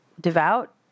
devout